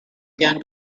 again